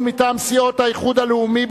מטעם סיעות האיחוד הלאומי,